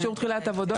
כמו אישור תחילת עבודות.